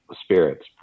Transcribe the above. spirits